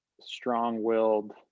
strong-willed